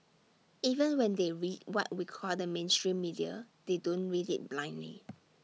even when they read what we call the mainstream media they don't read IT blindly